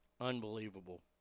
Unbelievable